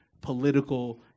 political